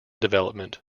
development